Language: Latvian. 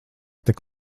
tik